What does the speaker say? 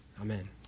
Amen